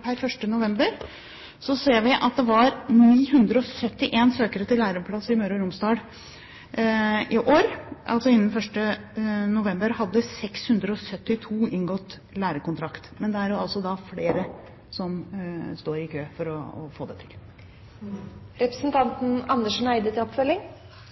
per 1. november, ser vi at det var 971 søkere til læreplass der i år. Innen 1. november hadde 672 inngått lærekontrakt. Men det er altså flere som står i kø for å få det.